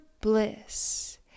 bliss